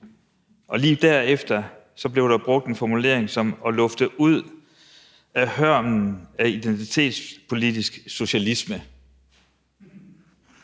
og lige derefter blev der brugt en formulering om at lufte ud efter hørmen af identitetspolitisk socialisme.